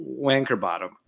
Wankerbottom